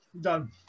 Done